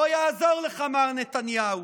לא יעזור לך, מר נתניהו.